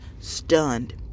stunned